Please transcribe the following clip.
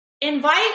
invite